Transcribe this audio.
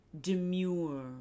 demure